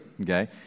okay